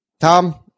tom